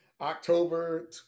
October